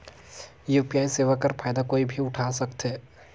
UPI सेवा कर फायदा कोई भी उठा सकथे?